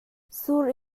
sur